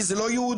כי זה לא יהודי.